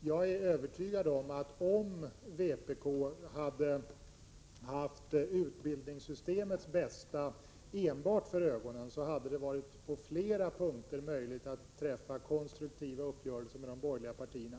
Jag är övertygad om att det, ifall vpk hade haft enbart utbildningssystemets bästa för ögonen, hade varit möjligt att på flera punkter träffa konstruktiva uppgörelser med de borgerliga partierna.